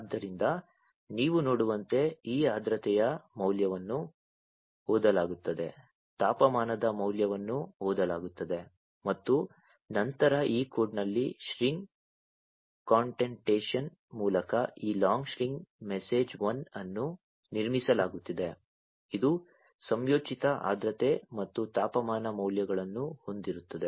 ಆದ್ದರಿಂದ ನೀವು ನೋಡುವಂತೆ ಈ ಆರ್ದ್ರತೆಯ ಮೌಲ್ಯವನ್ನು ಓದಲಾಗುತ್ತದೆ ತಾಪಮಾನದ ಮೌಲ್ಯವನ್ನು ಓದಲಾಗುತ್ತದೆ ಮತ್ತು ನಂತರ ಈ ಕೋಡ್ನಲ್ಲಿ ಸ್ಟ್ರಿಂಗ್ ಕಾನ್ಕಾಟೆನೇಶನ್ ಮೂಲಕ ಈ ಲಾಂಗ್ ಸ್ಟ್ರಿಂಗ್ msg 1 ಅನ್ನು ನಿರ್ಮಿಸಲಾಗುತ್ತಿದೆ ಇದು ಸಂಯೋಜಿತ ಆರ್ದ್ರತೆ ಮತ್ತು ತಾಪಮಾನ ಮೌಲ್ಯಗಳನ್ನು ಹೊಂದಿರುತ್ತದೆ